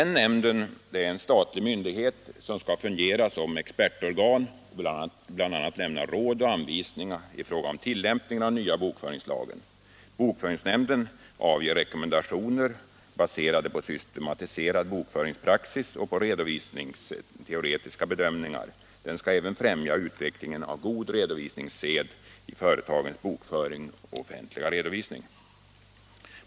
Nämnden är en statlig myndighet som skall fungera som ett expertorgan och bl.a. lämna råd och anvisningar om tillämpningen av den nya bokföringslagen. Bokföringsnämnden avger rekommendationer, baserade på systematiserad redovisningspraxis och på redovisningsteoretiska bedömningar. Den skall även främja utvecklingen av god redovisningssed i företagens bokföring och offentliga redovisning.